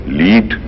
lead